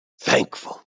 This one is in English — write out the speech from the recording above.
Thankful